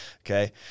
Okay